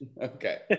Okay